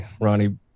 Ronnie